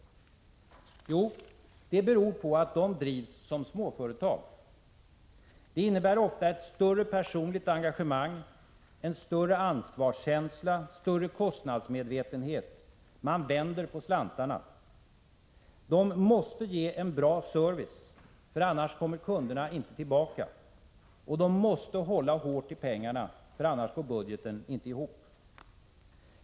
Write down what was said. Jo, det beror på att de drivs som småföretag. Det innebär ofta ett större personligt engagemang, en större ansvarskänsla, större kostnadsmedvetenhet — man vänder på slantarna. De måste ge en bra service, annars kommer inte kunderna tillbaka. De måste hålla hårt i pengarna, annars går inte budgeten ihop.